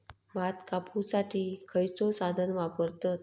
भात कापुसाठी खैयचो साधन वापरतत?